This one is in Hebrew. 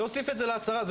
נוסיף את זה להצהרה.